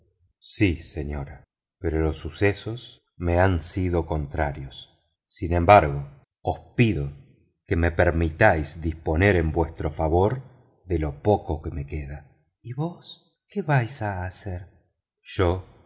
sí señora pero los sucesos me han sido contrarios sin embargo os pido que me permitáis disponer en vuestro favor de lo poco que me queda y vos qué vais a hacer yo